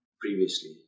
previously